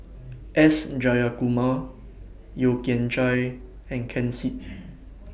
S Jayakumar Yeo Kian Chye and Ken Seet